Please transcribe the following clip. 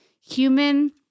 human